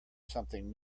something